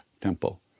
temple